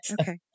Okay